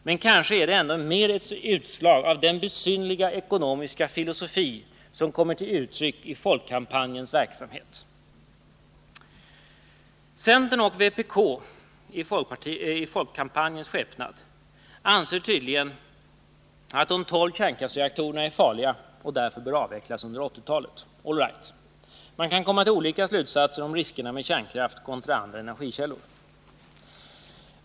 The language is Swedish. Men kanske är det ändå mer ett utslag av den besynnerliga ekonomiska filosofi som kommer till uttryck i folkkampanjens verksamhet. Centern och vpk i folkkampanjens skepnad anser tydligen att de tolv kärnkraftsreaktorerna är farliga och därför bör avvecklas under 1980-talet. All right — man kan komma till olika slutsatser om riskerna med kärnkraft kontra andra energikällor.